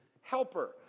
helper